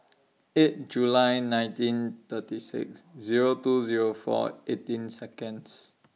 eight July nineteen thirty six Zero two Zero four eighteen Seconds